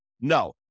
No